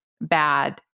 bad